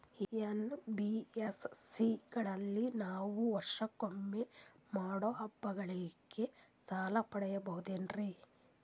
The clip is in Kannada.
ಎನ್.ಬಿ.ಎಸ್.ಸಿ ಗಳಲ್ಲಿ ನಾವು ವರ್ಷಕೊಮ್ಮೆ ಮಾಡೋ ಹಬ್ಬಗಳಿಗೆ ಸಾಲ ಪಡೆಯಬಹುದೇನ್ರಿ?